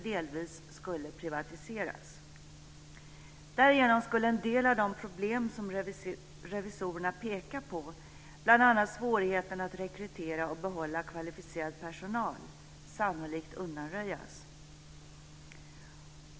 Därigenom skulle en del av de problem som revisorerna pekar på, bl.a. svårigheten att rekrytera och behålla kvalificerad personal, sannolikt undanröjas.